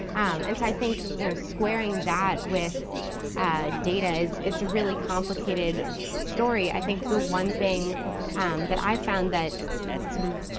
and so i think you know squaring that with and data is, it's a really complicated story. i think the one thing that i've found that sort of